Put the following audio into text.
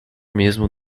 mesmo